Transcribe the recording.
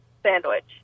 sandwich